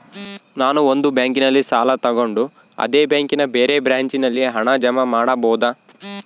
ನಾನು ಒಂದು ಬ್ಯಾಂಕಿನಲ್ಲಿ ಸಾಲ ತಗೊಂಡು ಅದೇ ಬ್ಯಾಂಕಿನ ಬೇರೆ ಬ್ರಾಂಚಿನಲ್ಲಿ ಹಣ ಜಮಾ ಮಾಡಬೋದ?